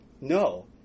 No